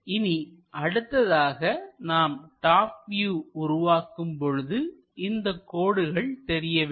இனி அடுத்ததாக நாம் டாப் வியூ உருவாக்கும் பொழுது இந்தக் கோடுகள் தெரிய வேண்டும்